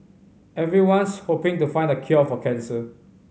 everyone's hoping to find the cure for cancer